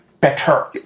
better